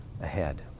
ahead